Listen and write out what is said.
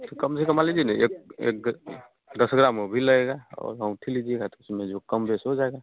तो कम से कम मान लीजिए न एक एक ग दस ग्राम वो भी लगेगा और अँगूठी लीजिएगा तो उसमें जो कम बेस हो जाएगा